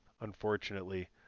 Unfortunately